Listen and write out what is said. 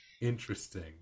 Interesting